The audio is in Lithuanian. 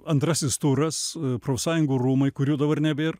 antrasis turas profsąjungų rūmai kurių dabar nebėr